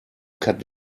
cut